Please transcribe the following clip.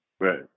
Right